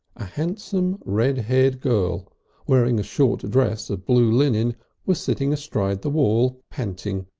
a handsome red-haired girl wearing a short dress of blue linen was sitting astride the wall, panting,